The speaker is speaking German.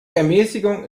ermäßigung